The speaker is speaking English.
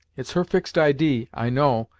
it's her fixed idee, i know,